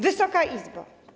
Wysoka Izbo!